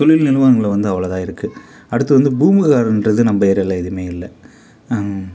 தொழில் நிறுவனங்கள் வந்து அவ்வளோதான் இருக்கு அடுத்து வந்து பூம்புகாருன்றது நம்ம ஏரியாவில எதுவுமே இல்லை